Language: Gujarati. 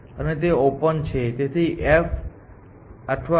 તેથી f આ n ઓપન પર છે અને તેનું મૂલ્ય f કરતા ઓછું છે